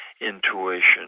intuition